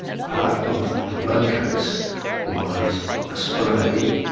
part of the blood case was a spray,